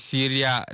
Syria